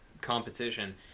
competition